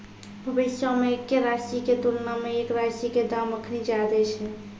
भविष्यो मे एक्के राशि के तुलना मे एक राशि के दाम अखनि ज्यादे छै